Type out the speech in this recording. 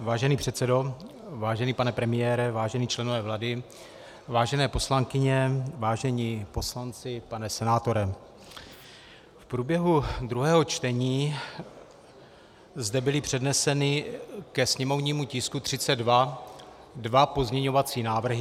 Vážený předsedo, vážený pane premiére, vážení členové vlády, vážené poslankyně, vážení poslanci, pane senátore, v průběhu druhého čtení zde byly předneseny ke sněmovnímu tisku 32 dva pozměňovací návrhy.